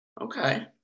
Okay